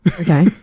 Okay